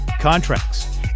contracts